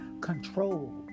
control